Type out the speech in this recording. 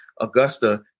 Augusta